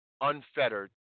unfettered